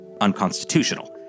unconstitutional